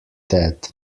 dead